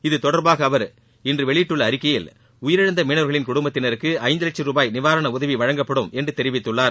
இதுதொடர்பாக இன்றுஅவர் வெளியிட்டுள்ள அறிக்கையில் உயிரிழந்த மீனவரின் குடும்பத்தினருக்கு ஐந்து லட்சும் ரூபாய் நிவாரண உதவி வழங்கப்படும் என்று தெரிவித்துள்ளார்